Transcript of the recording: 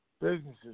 businesses